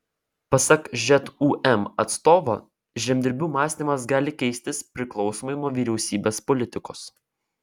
pasak žūm atstovo žemdirbių mąstymas gali keistis priklausomai nuo vyriausybės politikos